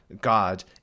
God